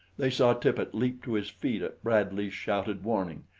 they saw tippet leap to his feet at bradley's shouted warning.